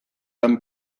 han